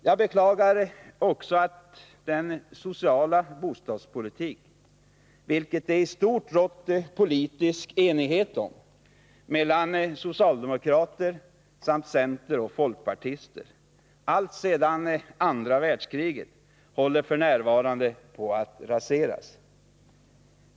Jag beklagar också att den sociala bostadspolitiken, som det i stort rått politisk enighet om mellan socialdemokrater, centerpartister och folkpartis ter allt sedan andra världskriget, f. n. håller på att raseras.